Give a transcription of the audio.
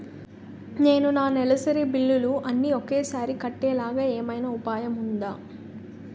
నేను నా నెలసరి బిల్లులు అన్ని ఒకేసారి కట్టేలాగా ఏమైనా ఉపాయం ఉందా?